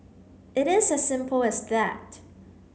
it is as simple as that